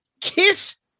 Kiss